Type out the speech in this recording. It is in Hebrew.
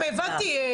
הבנתי,